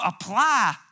apply